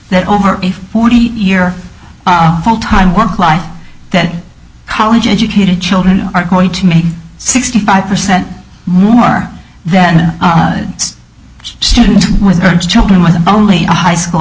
that over a forty year full time work life that college educated children are going to make sixty five percent more than a student with her children with only a high school